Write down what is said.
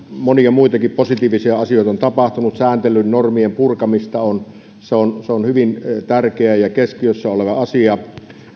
monia muitakin positiivisia asioita on tapahtunut sääntelyn normien purkamista on se on se on hyvin tärkeä ja keskiössä oleva asia